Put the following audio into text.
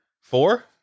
four